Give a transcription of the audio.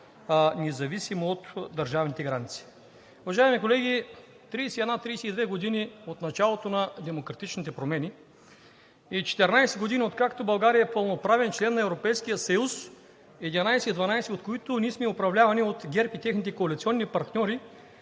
независимо от държавните граници. Уважаеми колеги, 31 – 32 години от началото на демократичните промени и 14 години, откакто България е пълноправен член на Европейския съюз, 11 – 12 от които ние сме управлявани от ГЕРБ и техните коалиционни партньори,